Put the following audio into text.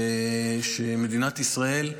ושמדינת ישראל,